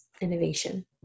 innovation